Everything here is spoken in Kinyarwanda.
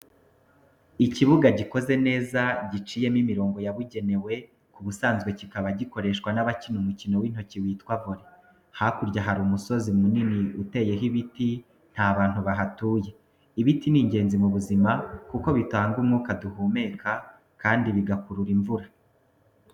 Ikibuga gikoze neza giciyemo imirongo yabugenewe, ku busanzwe kikaba gikoreshwa n'abakina umukino w'intoki witwa Vole. Hakurya hari umusozi munini uteyeho ibiti, nta bantu bahatuye. Ibiti ni ingenzi mu buzima kuko bitanga umwuka duhumeka kandi bigakurura imvura.